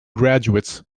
graduates